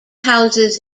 houses